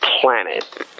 planet